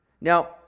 now